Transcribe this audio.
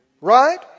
right